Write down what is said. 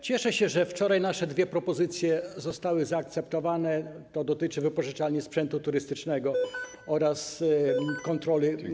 Cieszę się, że wczoraj nasze dwie propozycje zostały zaakceptowane, to dotyczy wypożyczalni sprzętu turystycznego oraz kontroli wojewody.